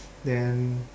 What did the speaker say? then